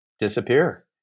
disappear